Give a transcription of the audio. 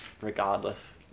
regardless